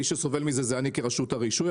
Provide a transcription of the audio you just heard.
מי שסובל מזה הוא אני כרשות הרישוי.